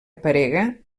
aparega